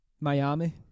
Miami